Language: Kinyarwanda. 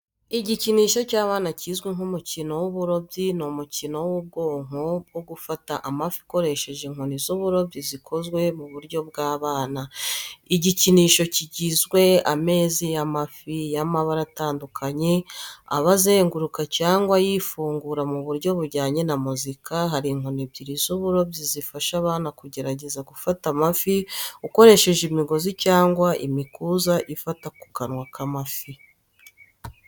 Igikinisho cy’abana kizwi nk'umukino w'uburobyi ni umukino w’ubwoko bwo gufata amafi ukoresheje inkoni z’uburobyi zikoze mu buryo bw’abana. igikinisho kigizweho amezi y’amafi y’amabara atandukanye aba azenguruka cyangwa yifungura mu buryo bujyanye na muzika. Hari inkoni ebyiri z’uburobyi zifasha abana kugerageza gufata amafi ukoresheje imigozi cyangwa imikuza ifata ku kanwa k’amafi.